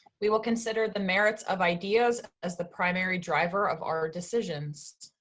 we will consider the merits of ideas as the primary driver of our decisions.